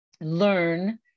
learn